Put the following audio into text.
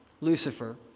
Lucifer